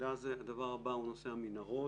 הדבר הבא הוא נושא המנהרות,